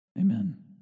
Amen